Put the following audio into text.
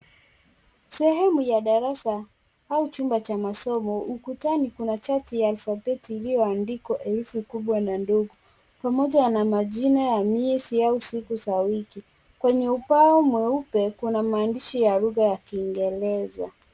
Sehemu ya darasa au chumba cha masomo ukutani kuna chati ya alphabeti iliyoandikwa herufi kubwa na ndogo pamoja na majina ya miezi au siku za wiki, kwenye ubao mweupe kuna mahadishi ya luhga ya kiingereza.